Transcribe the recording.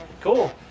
Cool